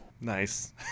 Nice